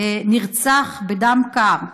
נרצח בדם קר.